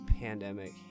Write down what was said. pandemic